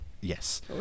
Yes